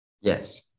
Yes